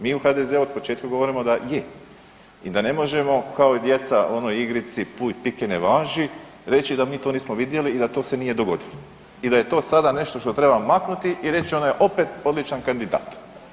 Mi u HDZ o početka govorimo da je i da ne možemo kao i djeca u onoj igrici puj pike ne važi reći da mi to nismo vidjeli i da to se nije dogodilo i da je to sada nešto što treba maknuti i reći ona je opet odličan kandidat.